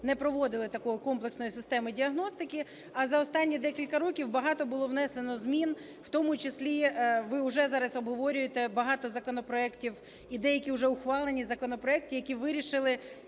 не проводили такої комплексної системи діагностики, а за останні декілька років багато було внесено змін, в тому числі ви вже зараз обговорюєте багато законопроектів, і деякі вже ухвалені законопроекти, які вирішили,